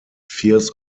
fears